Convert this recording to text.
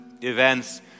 events